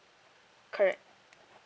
correct